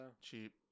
cheap